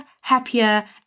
happier